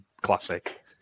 classic